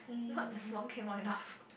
not one cake not enough